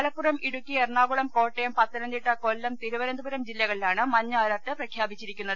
മലപ്പുറം ഇടുക്കി എറണാകുളം കോട്ടയം പത്തനംതിട്ട കൊല്ലം തിരുവനന്തപുരം ജില്ലകളിലാണ് മഞ്ഞ അലർട്ട് പ്രഖ്യാപിച്ചിരിക്കുന്നത്